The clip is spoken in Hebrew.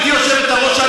גברתי היושבת-ראש,